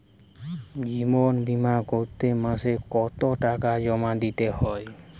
জীবন বিমা করতে মাসে কতো টাকা জমা দিতে হয়?